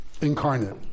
incarnate